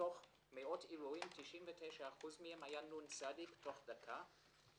מתוך מאות אירועים 99% מהם היתה נ"צ תוך דקה,